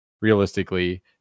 realistically